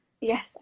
Yes